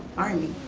army.